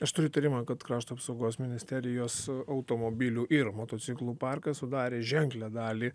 aš turiu įtarimą kad krašto apsaugos ministerijos automobilių ir motociklų parkas sudarė ženklią dalį